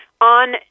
on